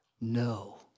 No